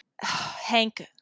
Hank